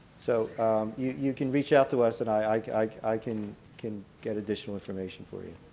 so you you can reach out to us and i like i can can get additional information for you.